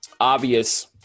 obvious